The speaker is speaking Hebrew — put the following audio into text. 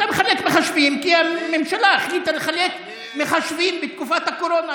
אתה מחלק מחשבים כי הממשלה החליטה לחלק מחשבים בתקופת הקורונה.